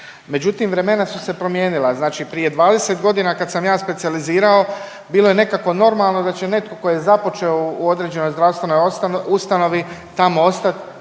Međutim, vremena su se promijenila, znači prije 20 godina kad sam ja specijalizirao bilo je nekako normalno da će netko tko je započeo u određenoj zdravstvenoj ustanovi tamo ostat